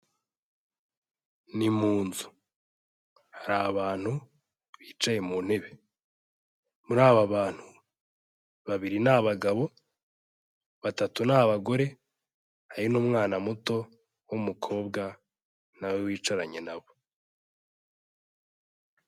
Ni mu nzu hari abantu bicaye mu ntebe, muri aba bantu babiri ni abagabo, batatu ni abagore, hari n'umwana muto w'umukobwa nawe wicaranye nabo.